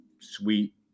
sweet